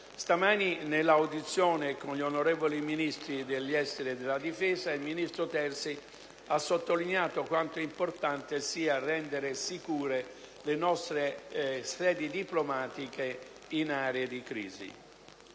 Stamani, nell'audizione con gli onorevoli Ministri degli esteri e della difesa, il ministro Terzi di Santagata ha sottolineato quanto sia importante rendere sicure le nostre sedi diplomatiche in aree di crisi.